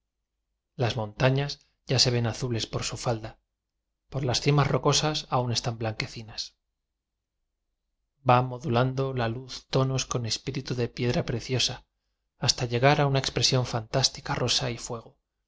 las montañas ya se ven azules por su falda por las cimas rocosas aún están blanqueci nas va modulando la luz tonos con es píritu de piedra preciosa hasta llegar a una expresión fantástica rosa y fuego